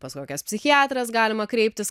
pas kokias psichiatres galima kreiptis